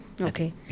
Okay